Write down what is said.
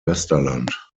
westerland